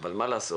אבל מה לעשות